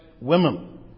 women